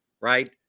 right